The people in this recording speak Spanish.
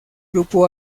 grupo